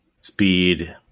Speed